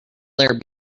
there